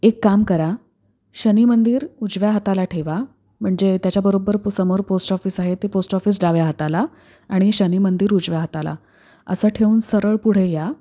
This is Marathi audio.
एक काम करा शनिमंदिर उजव्या हाताला ठेवा म्हणजे त्याच्याबरोबर समोर पोस्ट ऑफिस आहे ते पोस्ट ऑफिस डाव्या हाताला आणि शनिमंदिर उजव्या हाताला असं ठेवून सरळ पुढे या